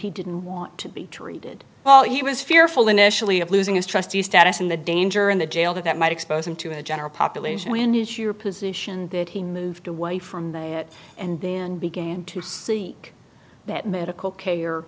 he didn't want to be treated well he was fearful initially of losing his trustee status and the danger in the jail that that might expose him to a general population when it's your position that he moved away from it and then began to see that medical care